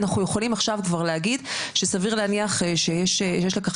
אנחנו יכולים עכשיו כבר להגיד שסביר להניח שיש לכך